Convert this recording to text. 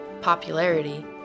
popularity